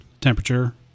temperature